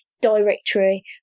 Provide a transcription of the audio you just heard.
directory